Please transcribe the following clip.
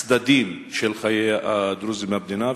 הצדדים של חיי הדרוזים במדינה,